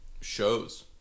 shows